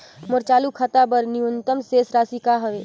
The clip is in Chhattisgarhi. मोर चालू खाता बर न्यूनतम शेष राशि का हवे?